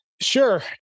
Sure